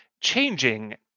changing